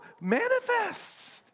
Manifests